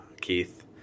Keith